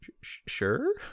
sure